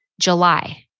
July